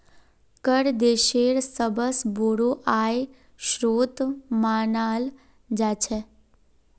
कर देशेर सबस बोरो आय स्रोत मानाल जा छेक